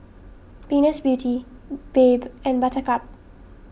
Venus Beauty Bebe and Buttercup